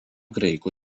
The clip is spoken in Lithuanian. graikų